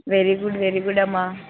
very good very good అమ్మ